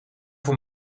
voor